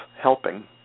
helping